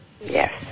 Yes